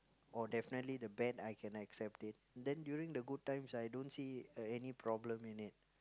or definitely the bad I can accept it then during the good times I don't see any problem in it